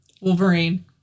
Wolverine